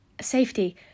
safety